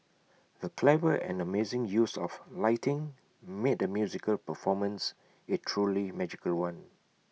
the clever and amazing use of lighting made the musical performance A truly magical one